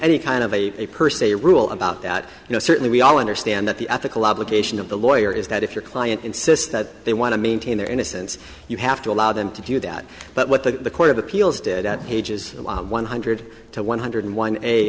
any kind of a per se rule about that you know certainly we all understand that the ethical obligation of the lawyer is that if your client insists that they want to maintain their innocence you have to allow them to do that but what the court of appeals did at pages one hundred to one hundred one a